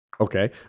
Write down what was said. Okay